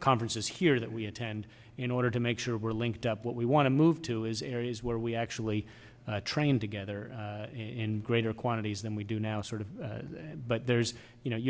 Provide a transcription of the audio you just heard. conferences here that we attend in order to make sure we're linked up what we want to move to is areas where we actually train together in greater quantities than we do now sort of but there's you know you